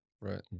Right